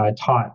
taught